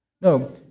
No